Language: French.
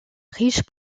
riche